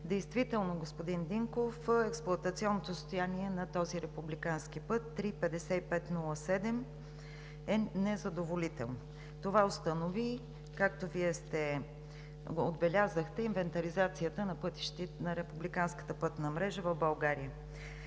Действително, господин Динков, експлоатационното състояние на този републикански път III-5507 е незадоволително. Това установи, както Вие отбелязахте, инвентаризацията на пътища на републиканската пътна мрежа в България.